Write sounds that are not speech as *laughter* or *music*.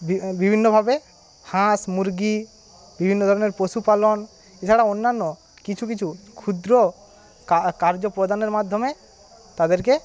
*unintelligible* বিভিন্নভাবে হাঁস মুরগী বিভিন্ন ধরনের পশুপালন এছাড়াও অন্যান্য কিছু কিছু ক্ষুদ্র *unintelligible* কার্য প্রদানের মাধ্যমে তাদেরকে